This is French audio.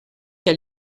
qu’à